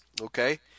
Okay